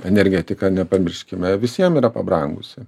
energetika nepamirškime visiem yra pabrangusi